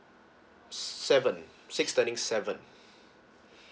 seven six turning seven